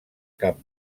cap